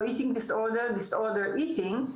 לא eating disordered אלא disordered eating,